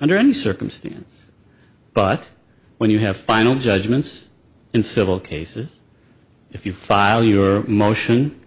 under any circumstance but when you have final judgments in civil cases if you file your motion